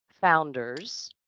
founders